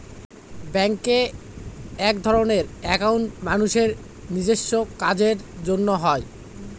ব্যাঙ্কে একধরনের একাউন্ট মানুষের নিজেস্ব কাজের জন্য হয়